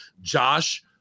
Josh